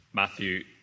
Matthew